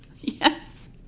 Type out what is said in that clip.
Yes